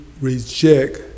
reject